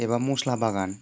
एबा मस्ला बागान